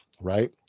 right